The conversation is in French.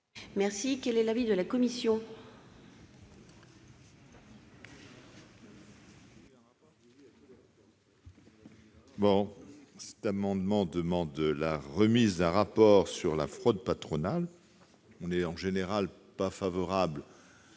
France. Quel est l'avis de la commission ?